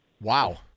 Wow